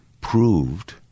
proved